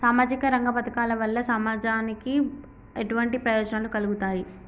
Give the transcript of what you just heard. సామాజిక రంగ పథకాల వల్ల సమాజానికి ఎటువంటి ప్రయోజనాలు కలుగుతాయి?